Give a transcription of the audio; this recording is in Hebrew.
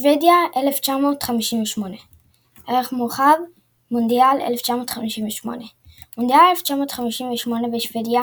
שוודיה 1958 ערך מורחב – מונדיאל 1958 מונדיאל 1958 בשוודיה